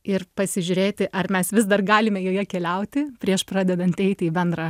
ir pasižiūrėti ar mes vis dar galime joje keliauti prieš pradedant eiti į bendrą